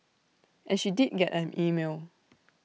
and she did get an email